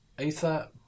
Ether